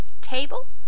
table